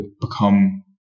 become